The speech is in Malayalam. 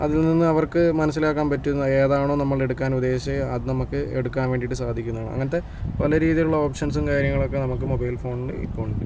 അതിൽ നിന്ന് അവർക്ക് മനസ്സിലാക്കാൻ പറ്റുന്ന ഏതാണോ നമ്മൾ എടുക്കാൻ ഉദ്ദേശിച്ചത് അത് നമുക്ക് എടുക്കാൻ വേണ്ടിയിട്ട് സാധിക്കുന്നതാണ് അങ്ങനത്തെ പല രീതിയിലുള്ള ഓപ്ഷൻസും കാര്യങ്ങളൊക്കെ നമുക്ക് മൊബൈൽ ഫോണിൽ ഇപ്പോൾ ഉണ്ട്